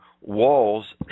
walls